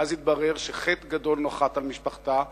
ואז התברר שחטא גדול נחת על משפחתה: